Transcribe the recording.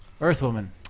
Earthwoman